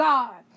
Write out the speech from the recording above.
God